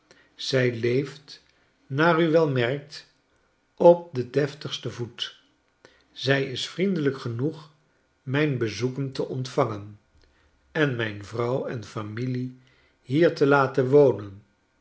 zij leeft naar u wel merkt op den deftigsten voet zij is vriendelijk genoeg mijn bezoeken te ontvangen en mijn vrouw en familie hier te laten wonen